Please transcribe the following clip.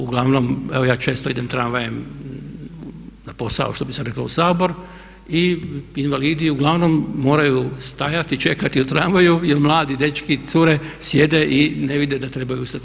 Uglavnom, evo ja često idem tramvajem na posao što bi se reklo u Sabor, i invalidi uglavnom moraju stajati i čekati u tramvaju jel mladi dečki i cure sjede i ne vide da trebaju ustati.